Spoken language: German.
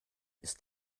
ist